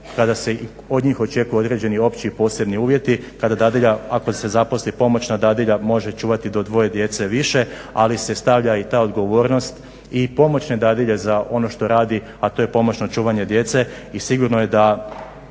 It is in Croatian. kada se i od njih očekuju određeni opći i posebni uvjeti kada dadilja ako se zaposli pomoćna dadilja može čuvati do dvoje djece više, ali se stavlja i ta odgovornost i pomoćne dadilje za ono što radi, a to je pomoćno čuvanje djece i sigurno je da